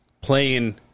playing